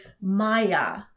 Maya